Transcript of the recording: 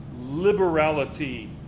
liberality